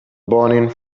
burning